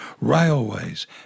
railways